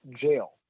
jail